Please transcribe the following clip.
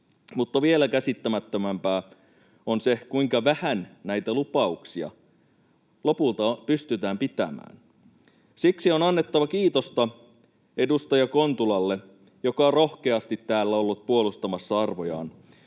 Mutta vielä käsittämättömämpää on se, kuinka vähän näitä lupauksia lopulta pystytään pitämään. Siksi on annettava kiitosta edustaja Kontulalle, joka on rohkeasti täällä ollut puolustamassa arvojaan.